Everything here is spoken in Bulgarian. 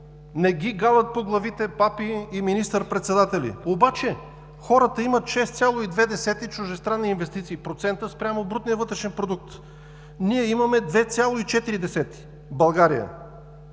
не ги галят по главите папи и министър-председатели, обаче хората имат 6,2 чуждестранни инвестиции в проценти спрямо брутния вътрешен продукт. Ние имаме 2,4 в България.